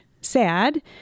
sad